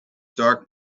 dark